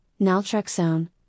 naltrexone